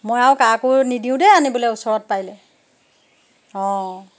মই আৰু কাকো নিদিও দেই আনিবলৈ ওচৰত পাৰিলে অ'